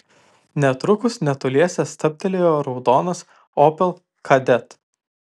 netrukus netoliese stabtelėjo raudonas opel kadett